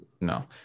No